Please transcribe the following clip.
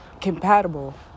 compatible